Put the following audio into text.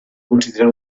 consideren